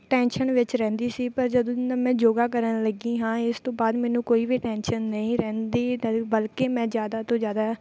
tension ਵਿੱਚ ਰਹਿੰਦੀ ਸੀ ਪਰ ਜਦੋਂ ਦਾ ਮੈਂ ਯੋਗਾ ਕਰਨ ਲੱਗੀ ਹਾਂ ਇਸ ਤੋਂ ਬਾਅਦ ਮੈਨੂੰ ਕੋਈ ਵੀ ਟੈਨਸ਼ਨ ਨਹੀਂ ਰਹਿੰਦੀ ਡਲ ਬਲਕਿ ਮੈਂ ਜ਼ਿਆਦਾ ਤੋਂ ਜ਼ਿਆਦਾ